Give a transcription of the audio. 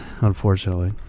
unfortunately